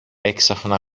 έξαφνα